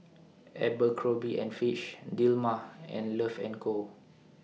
Abercrombie and Fitch Dilmah and Love and Co